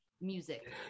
Music